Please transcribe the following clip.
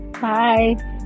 Bye